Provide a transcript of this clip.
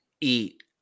eat